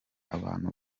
abantu